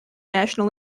national